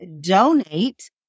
donate